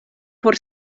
por